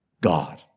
God